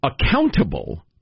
accountable